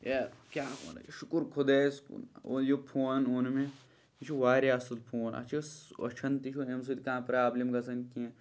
حیٛا کیاہ ؤنے شُکُر خۄدایَس کُن یہِ فون اوٚن مےٚ یہِ چھُ واریاہ اَصٕل فون اَتھ چھِ أچھَن تہِ چھُ اَمہِ سۭتۍ کانٛہہ پرٛابلِم گژھان کینٛہہ